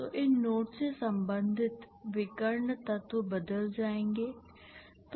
तो इन नोड्स से संबंधित विकर्ण तत्व बदल जाएंगे